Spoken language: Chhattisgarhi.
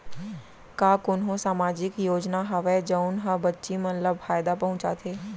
का कोनहो सामाजिक योजना हावय जऊन हा बच्ची मन ला फायेदा पहुचाथे?